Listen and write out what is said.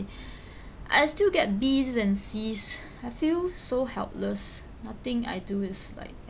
I still get Bs and Cs I feel so helpless nothing I do is like